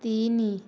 ତିନି